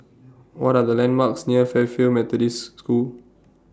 What Are The landmarks near Fairfield Methodist School